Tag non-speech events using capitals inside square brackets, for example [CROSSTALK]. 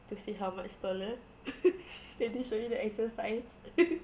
to see how much taller [LAUGHS] they did show me the actual science [LAUGHS]